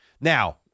Now